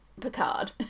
Picard